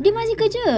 dia masih kerja